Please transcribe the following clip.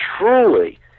truly